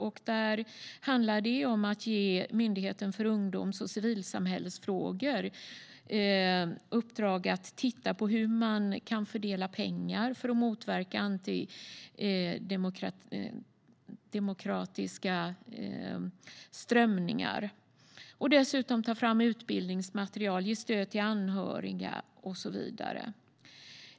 Det handlar om att ge Myndigheten för ungdoms och civilsamhällesfrågor i uppdrag att titta på hur man kan fördela pengar för att motverka antidemokratiska strömningar. Man tar dessutom fram utbildningsmaterial, ger stöd till anhöriga och så vidare.